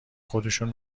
خودشون